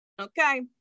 okay